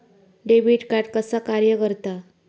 Debit card कसा कार्य करता?